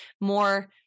more